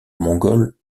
mongols